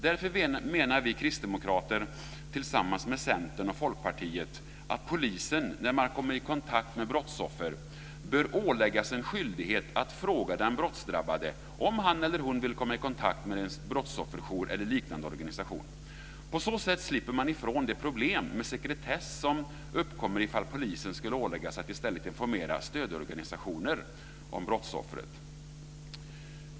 Därför menar vi kristdemokrater, tillsammans med Centern och Folkpartiet, att polisen när man kommer i kontakt med brottsoffer bör åläggas en skyldighet att fråga den brottsdrabbade om han eller hon vill komma i kontakt med en brottsofferjour eller liknande organisation. På så sätt slipper man ifrån det problem med sekretess som uppkommer ifall polisen skulle åläggas att i stället informera stödorganisationer om brottsoffret.